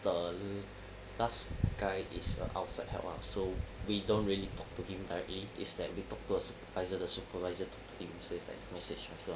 the last guy is uh outside help ah so we don't really talk to him directly is that we talk to the supervisor the supervisor talk to him so it's like message transfer